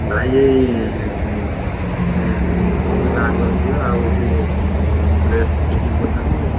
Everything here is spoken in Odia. ଭାଇ ଏଇ ଏଁ ଭଉଣୀ ବାହାଘର ଥିଲା ଆଉ ଟିକିଏ ଡ୍ରେସ୍ ଫିଟିଙ୍ଗ କରିଥାନ୍ତି